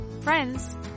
friends